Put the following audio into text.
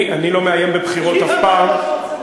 אני לא מאיים בבחירות אף פעם,